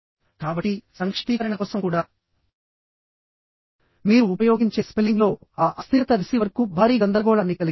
కాబట్టి సంక్షిప్తీకరణ కోసం కూడా మీరు ఉపయోగించే స్పెల్లింగ్లో ఆ అస్థిరత రిసీవర్కు భారీ గందరగోళాన్ని కలిగిస్తుంది